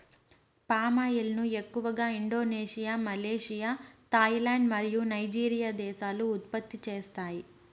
palm oil ను ఎక్కువగా Indonesia, Malaysia, Thailand మరియు నైజీరియా దేశాలు ఉత్పత్తి చేస్తాయి